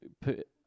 put